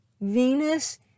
Venus